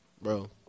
bro